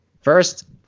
First